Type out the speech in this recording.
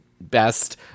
best